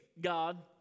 God